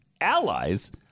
Allies